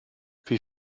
wie